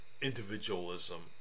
individualism